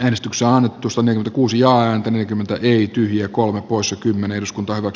äänestyksiä on rosoinen kuusi ääntä neljäkymmentä ei tyhjiä kolme poissa kymmenen uskonto ovat